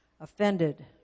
Offended